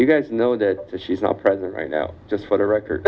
you guys know that she's not president right now just for the record